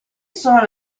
sono